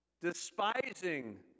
despising